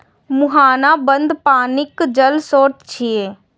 मुहाना बंद पानिक जल स्रोत छियै